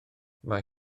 mae